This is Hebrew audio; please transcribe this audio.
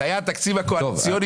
זה היה התקציב הקואליציוני.